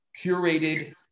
curated